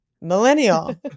Millennial